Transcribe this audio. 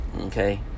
okay